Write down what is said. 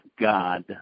God